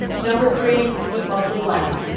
number three, eat mostly plants.